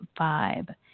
vibe